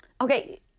Okay